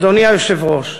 אדוני היושב-ראש,